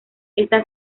está